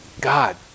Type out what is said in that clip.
God